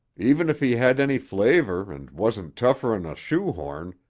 even if he had any flavor and wasn't tougher'n a shoehorn,